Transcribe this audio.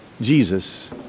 Jesus